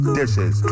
dishes